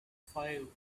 five